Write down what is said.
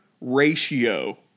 ratio